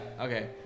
Okay